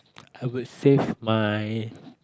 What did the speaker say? I would save my